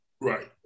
right